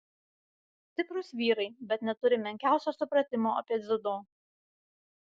stiprūs vyrai bet neturi menkiausio supratimo apie dziudo